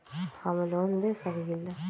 हम लोन ले सकील?